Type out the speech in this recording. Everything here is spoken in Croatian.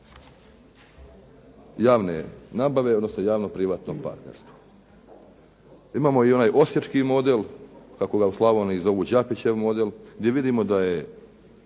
javne nabave odnosno javno-privatnog partnerstva. Imamo i onaj osječki model, kako ga u Slavoniji zovu Džapićev model, gdje vidimo da je